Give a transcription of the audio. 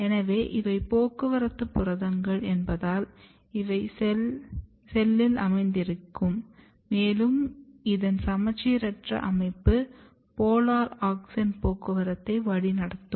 எனவே இவை போக்குவரத்து புரதங்கள் என்பதால் இவை செல் அமைந்திருக்கும் மேலும் இதன் சமச்சீரற்ற மைப்பு போலார் ஆக்ஸின் போக்குவரத்தை வழிநடத்தும்